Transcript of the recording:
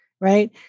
right